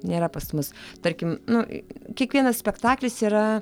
nėra pas mus tarkim nu kiekvienas spektaklis yra